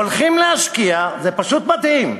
הולכים להשקיע, זה פשוט מדהים,